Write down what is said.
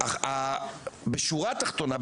בשורה התחתונה,